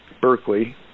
Berkeley